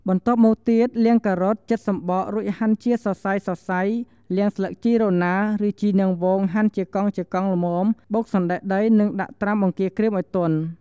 បន្ទាប់មកទៀតលាងការ៉ុត ចិតសំបក រួចហាន់ជាសរសៃ លាងស្លឹកជីរណា ឬជីនាងវងហាន់ជាកង់ៗល្មម បុកសណ្ដែកដី និងដាក់ត្រាំបង្គាក្រៀមឲ្យទន់ ។